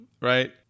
right